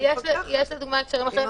יש לדוגמה הקשרים אחרים.